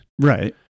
right